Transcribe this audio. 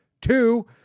two